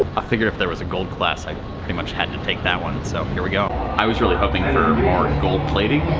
i figured if there was a gold class, i pretty much had to take that one, so here we go! i was really hoping for more and gold plating